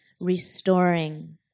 restoring